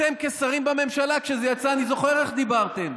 אתם כשרים בממשלה, כשזה יצא, אני זוכר איך דיברתם.